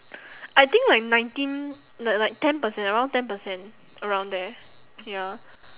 I think like nineteen like like ten percent around ten percent around there ya